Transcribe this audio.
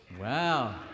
Wow